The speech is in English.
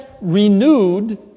renewed